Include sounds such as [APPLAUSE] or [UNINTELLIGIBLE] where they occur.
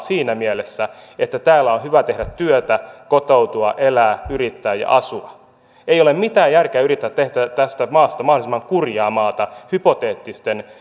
[UNINTELLIGIBLE] siinä mielessä että täällä on hyvä tehdä työtä kotoutua elää yrittää ja asua ei ole mitään järkeä yrittää tehdä tästä maasta mahdollisimman kurjaa maata hypoteettisten [UNINTELLIGIBLE]